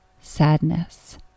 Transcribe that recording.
sadness